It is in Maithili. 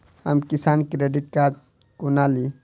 हम किसान क्रेडिट कार्ड कोना ली?